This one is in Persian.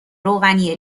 روغنی